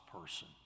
person